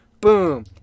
boom